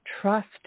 trust